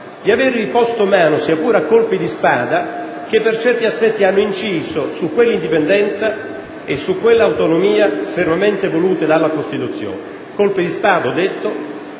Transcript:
di avervi posto mano, seppure a colpi di spada che per certi aspetti hanno inciso su quella indipendenza e su quella autonomia fermamente volute dalla Costituzione: colpi di spada che,